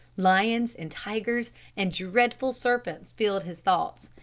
lions and tigers and dreadful serpents filled his thoughts.